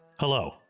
Hello